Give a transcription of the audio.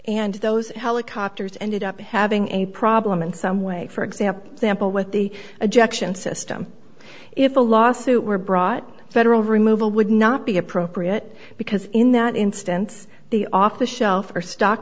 and those helicopters ended up having a problem in some way for example sample with the objection system if a lawsuit were brought federal removal would not be appropriate because in that instance the off the shelf or stock